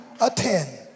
attend